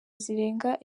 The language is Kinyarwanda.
zirenga